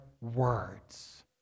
words